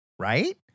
Right